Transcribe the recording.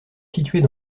situées